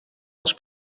els